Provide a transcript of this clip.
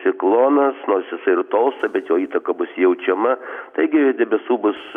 ciklonas nors jisai ir tolsta bet jo įtaka bus jaučiama taigi debesų bus